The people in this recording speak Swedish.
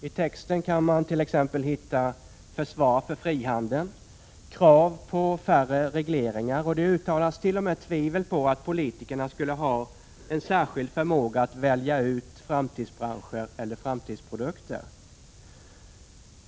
I texten kan man t.ex. hitta försvar för frihandeln och krav på färre regleringar, och det uttalas t.o.m. tvivel på att politikerna skulle ha en särskild förmåga att välja ut framtidsbranscher och framtidsprodukter.